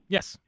Yes